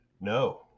No